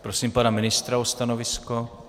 Prosím pana ministra o stanovisko.